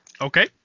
Okay